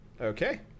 Okay